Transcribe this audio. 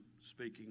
speaking